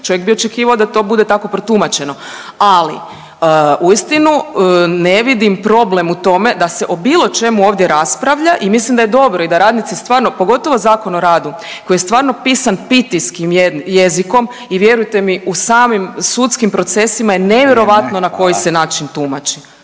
čovjek bi očekivao da to bude tako protumačeno, ali uistinu ne vidim problem u tome da se o bilo čemu ovdje raspravlja i mislim da je dobro i da radnici stvarno, pogotovo ZOR koji je stvarno pisan pitijskim jezikom i vjerujte mi u samim sudskim procesima je nevjerojatno…/Upadica Radin: